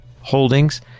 Holdings